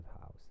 house